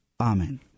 Amen